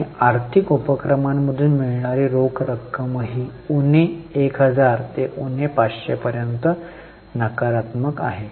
आणि आर्थिक उपक्रमांमधून मिळणारी रोख रक्कमही उणे 1000 ते उणे 500 पर्यंत नकारात्मक आहे